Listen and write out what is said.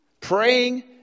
praying